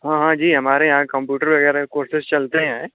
हाँ हाँ जी हमारे यहाँ कम्पुटर वग़ैरह का कौरसेस चलते हैं